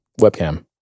webcam